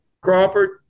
Crawford